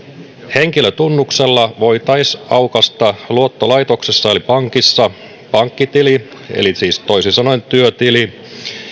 henkilötunnuksella voitaisiin aukaista luottolaitoksessa eli pankissa pankkitili siis toisin sanoen työtili